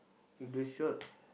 with the shot